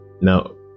Now